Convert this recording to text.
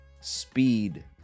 Speed